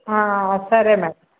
ಹ್ಞೂ ಸರಿ ಮೇಡಮ್